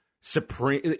supreme –